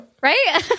Right